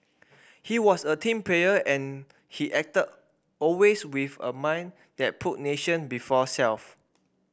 he was a team player and he acted always with a mind that put nation before self